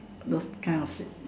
those kind of